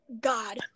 God